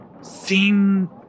seen